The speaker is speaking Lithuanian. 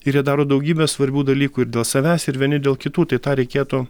ir jie daro daugybę svarbių dalykų ir dėl savęs ir vieni dėl kitų tai tą reikėtų